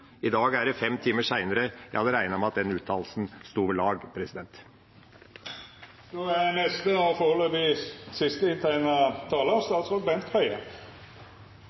i dag kl. 09.55. Nå er det fem timer senere. Jeg hadde regnet med at den uttalelsen sto ved lag.